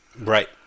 Right